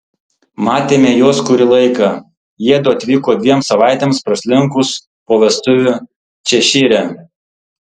matėme juos kurį laiką jiedu atvyko dviem savaitėms praslinkus po vestuvių češyre